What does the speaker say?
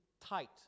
tight